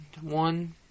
one